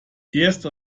erste